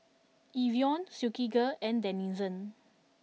Evian Silkygirl and Denizen